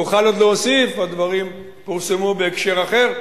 אוכל עוד להוסיף, הדברים פורסמו בהקשר אחר,